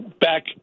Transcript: back